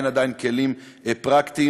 אין עדיין כלים פרקטיים.